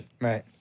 Right